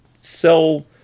sell